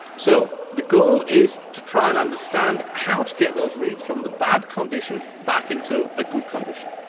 so the goal is to try and understand how to get those reefs from the bad condition back into a good condition.